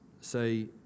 say